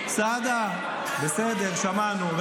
סעדה, בסדר, שמענו.